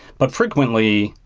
but frequently,